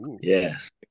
Yes